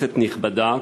כנסת נכבדה,